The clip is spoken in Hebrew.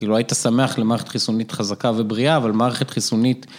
‫כאילו, היית שמח למערכת חיסונית ‫חזקה ובריאה, אבל מערכת חיסונית...